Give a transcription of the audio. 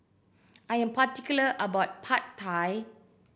I am particular about Pad Thai